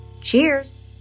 Cheers